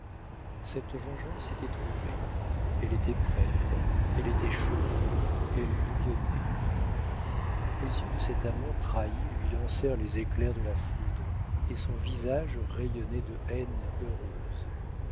cette vengeance était trouvée elle était prête elle était chaude elle bouillonnait les yeux de cet amant trahi lui lancèrent les éclairs de la foudre et son visage rayonnait de haine heureuse